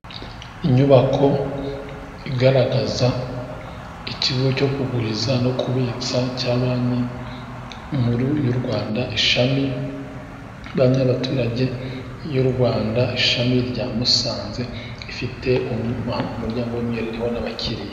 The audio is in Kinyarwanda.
Inyubako igaragaza ikigo cyo kuguriza no kubitsa cya Banki Nkuru y' u Rwanda, ishami, Banki y'Abaturage y'u Rwanda ishami rya musanze, rifite umuryango umwe, ririho n'abakiriye.